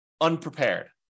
unprepared